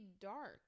dark